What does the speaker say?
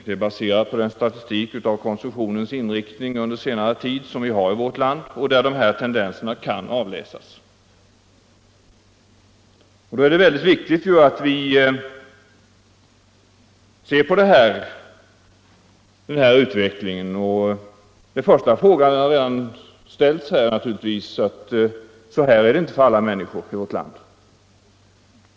Det är baserat på statistik från senare tid över konsumtionens inriktning i vårt land, där dessa tendenser kan avläsas. Det är mycket viktigt att vi studerar denna utveckling. Den kommentaren har redan gjorts här i debatten, nämligen att detta inte stämmer för alla människor i vårt land.